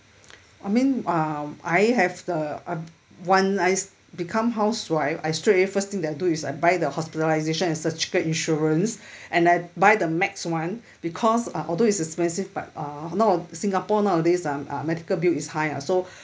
I mean uh I have the uh when I's become housewife I straight away first thing I do is I buy the hospitalisation and surgical insurance and I buy the max [one] because uh although it's pessimistic but uh now singapore nowadays ah uh medical bill is high ah so